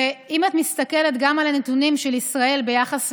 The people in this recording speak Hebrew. ואם את מסתכלת על הנתונים של ישראל ביחס לעולם,